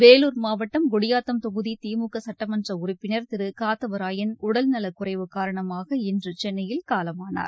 வேலூர் மாவட்டம் குடியாத்தம் தொகுதி திமுக சட்டமன்ற உறுப்பினர் திரு காத்தவராயன் உடல்நலக் குறைவு காரணமாக இன்று சென்னையில் காலமானார்